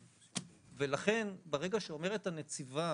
ולכן, ברגע שאומרת הנציבה